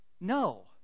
No